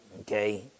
Okay